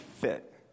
fit